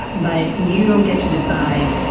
but you don't get to decide.